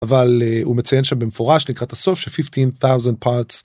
אבל הוא מציין שבמפורש לקראת הסוף של 15,000 חלקים.